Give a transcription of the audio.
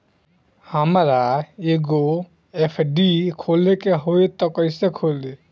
हमरा एगो एफ.डी खोले के हवे त कैसे खुली?